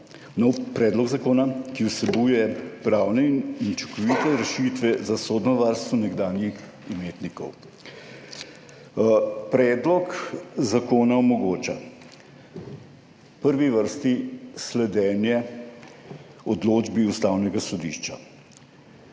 nov predlog zakona, ki vsebuje pravne in učinkovite rešitve za sodno varstvo nekdanjih imetnikov. Predlog zakona omogoča v prvi vrsti sledenje odločbi Ustavnega sodišča,